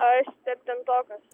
aš septintokas